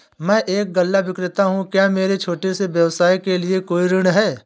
मैं एक गल्ला विक्रेता हूँ क्या मेरे छोटे से व्यवसाय के लिए कोई ऋण है?